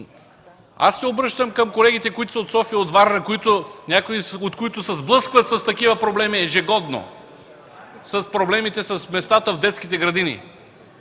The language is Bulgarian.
Аз се обръщам към колегите, които са от София и от Варна, някои от които се сблъскват с такива проблеми ежегодно – проблемите с местата в детските градини: